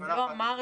אם לא אמרתי,